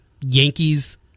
Yankees